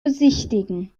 besichtigen